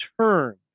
turn